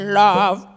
love